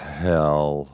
hell